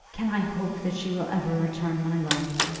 can i hope that she will ever return my love?